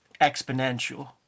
exponential